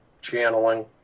channeling